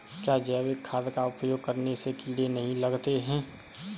क्या जैविक खाद का उपयोग करने से कीड़े नहीं लगते हैं?